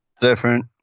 Different